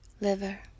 liver